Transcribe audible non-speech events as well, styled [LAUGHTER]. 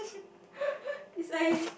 [LAUGHS] is I